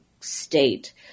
state